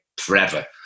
forever